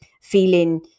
feeling